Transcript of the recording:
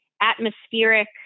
atmospheric